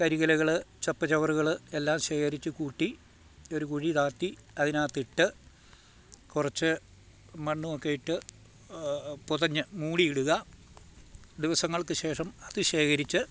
കരിയിലകൾ ചപ്പ് ചവറുകൾ എല്ലാം ശേഖരിച്ച് കൂട്ടി ഒരു കുഴിതാഴ്ത്തി അതിനകത്തിട്ട് കുറച്ച് മണ്ണും ഒക്കെയിട്ട് പൊതഞ്ഞ് മൂടിയിടുക ദിവസങ്ങൾക്കു ശേഷം അത് ശേഖരിച്ച്